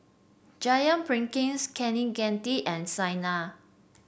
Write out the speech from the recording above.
Jayaprakash Kaneganti and Saina